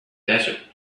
desert